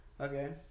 okay